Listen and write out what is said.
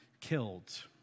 killed